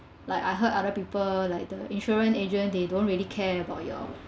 like I heard other people like the insurance agent they don't really care about your